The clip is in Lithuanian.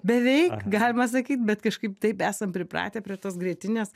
beveik galima sakyt bet kažkaip taip esam pripratę prie tos grietinės